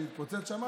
שהתפוצץ שם,